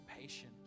patient